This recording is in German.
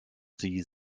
die